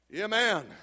Amen